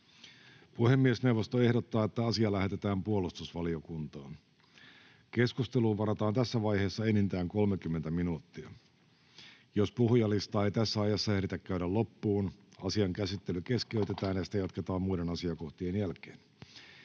Puhemiesneuvosto ehdottaa, että asia lähetetään puolustusvaliokuntaan. Keskusteluun varataan tässä vaiheessa enintään 30 minuuttia. Jos puhujalistaa ei tässä ajassa ehditä käydä loppuun, asian käsittely keskeytetään ja sitä jatketaan muiden asiakohtien jälkeen.